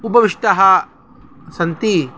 उपविष्टः सन्ति